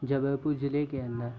जबलपुर जिले के अंदर